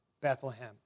Bethlehem